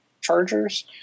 chargers